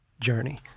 journey